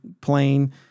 plane